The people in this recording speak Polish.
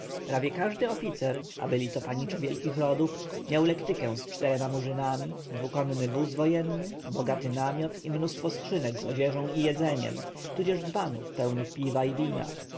prawie każdy oficer a byli to panicze wielkich rodów miał lektykę z czterema murzynami dwukolny wóz wojenny bogaty namiot i mnóstwo skrzynek z odzieżą i jedzeniem tudzież dzbanów pełnych piwa i wina